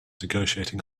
negotiating